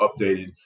updated